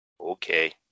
Okay